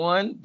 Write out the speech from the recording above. One